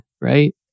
right